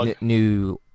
new